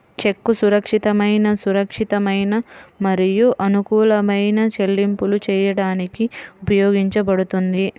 చెక్కు సురక్షితమైన, సురక్షితమైన మరియు అనుకూలమైన చెల్లింపులు చేయడానికి ఉపయోగించబడుతుంది